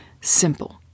Simple